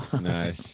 Nice